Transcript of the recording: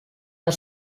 are